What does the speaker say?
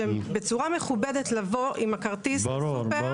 בצורה מכובדת לבוא עם הכרטיס לסופר.